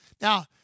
Now